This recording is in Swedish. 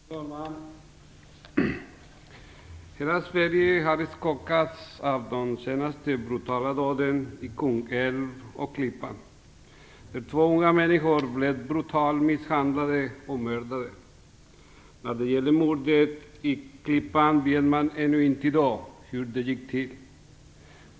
Fru talman! Hela Sverige har skakats av de senaste brutala dåden i Kungälv och Klippan där två unga människor blev brutalt misshandlade och mördade. Man vet ännu i dag inte hur mordet i Klippan gick till.